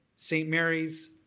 st. mary's,